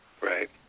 Right